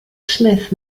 smith